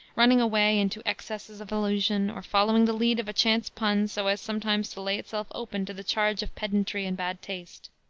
running away into excesses of allusion or following the lead of a chance pun so as sometimes to lay itself open to the charge of pedantry and bad taste.